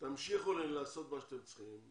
תמשיכו לעשות מה שאתם צריכים,